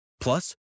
Plus